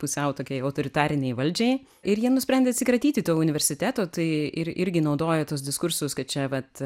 pusiau tokiai autoritarinei valdžiai ir jie nusprendė atsikratyti to universiteto tai ir irgi naudoja tuos diskursus kad čia vat